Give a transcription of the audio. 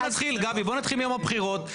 בואי נתחיל מיום הבחירות, מהי דמוקרטיה?